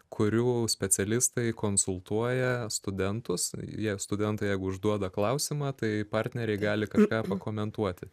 kurių specialistai konsultuoja studentus jie studentai jeigu užduoda klausimą tai partneriai gali kažką pakomentuoti